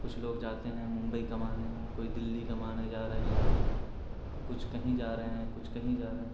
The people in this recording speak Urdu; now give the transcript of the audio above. کچھ لوگ جاتے ہیں ممبئی کمانے کوئی دلی کمانے جا رہے ہیں کچھ کہیں جا رہے ہیں کچھ کہیں جا رہے ہیں